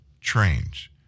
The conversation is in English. trains